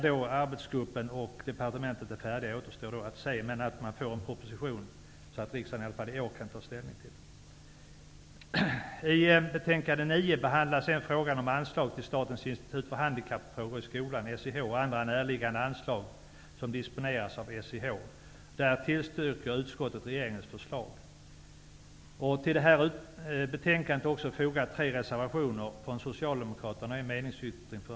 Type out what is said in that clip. Det återstår att se när man är färdig i arbetsgruppen och på departementet, men det är viktigt att man får en proposition som riksdagen kan ta ställning till i år. Till betänkandet är tre reservationer från Vänsterpartiet fogade.